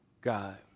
God